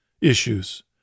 issues